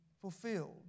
fulfilled